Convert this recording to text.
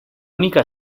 única